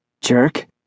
Jerk